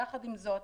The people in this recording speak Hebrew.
יחד עם זאת,